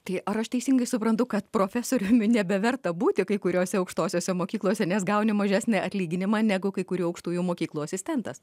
tai ar aš teisingai suprantu kad profesoriumi nebeverta būti kai kuriose aukštosiose mokyklose nes gauni mažesnį atlyginimą negu kai kurių aukštųjų mokyklų asistentas